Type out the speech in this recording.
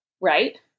right